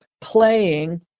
playing